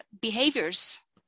behaviors